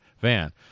van